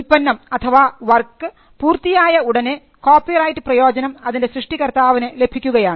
ഉൽപ്പന്നം അഥവാ വർക്ക് പൂർത്തിയായ ഉടനെ കോപ്പിറൈറ്റ് പ്രയോജനം അതിൻറെ സൃഷ്ടികർത്താവിന് ലഭിക്കുകയാണ്